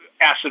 acid